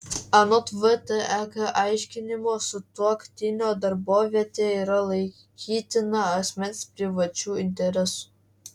anot vtek aiškinimo sutuoktinio darbovietė yra laikytina asmens privačiu interesu